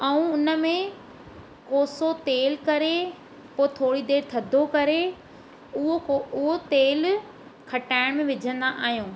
ऐं उनमें कोसो तेल करे पोइ थोरी देरि थदो करे उहो पोइ उहो तेल खटाइण में विझंदा आहियूं